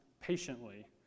patiently